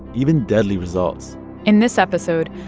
even deadly results in this episode,